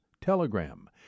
Telegram